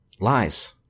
Lies